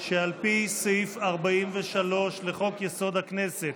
שעל פי סעיף 43 לחוק-יסוד: הכנסת,